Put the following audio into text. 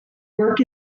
work